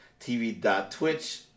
tv.twitch